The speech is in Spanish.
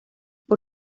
por